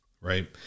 right